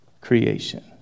creation